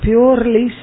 Purely